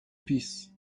piece